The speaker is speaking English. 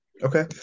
Okay